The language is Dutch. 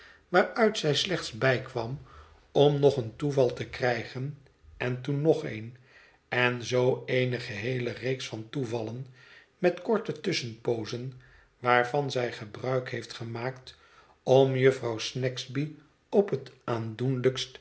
waaruit zij slechts bijkwam om nog een toeval te krijgen on toen nog een en zoo eene geheele reeks van toevallen met korte tusschenpoozen waarvan zij gebruik heeft gemaakt om jufvrouw snagsby op het aandoenlijkst